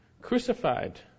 crucified